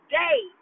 day